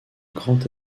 grand